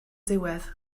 diwedd